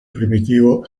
primitivo